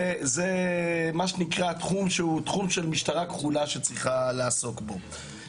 זה מה שנקרא תחום שהוא תחום של משטרה כחולה שצריכה לעסוק בו.